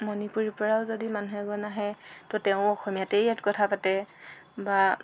মণিপুৰীৰপৰাও যদি মানুহে এজন আহে তো তেৱোঁ অসমীয়াতে ইয়াত কথা পাতে বা